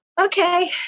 okay